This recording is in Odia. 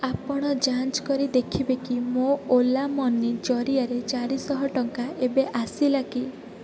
ଆପଣ ଯାଞ୍ଚ କରି ଦେଖିବେ କି ମୋ ଓଲା ମନି ଜରିଆରେ ଚାରିଶହ ଟଙ୍କା ଏବେ ଆସିଲା କି